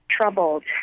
troubled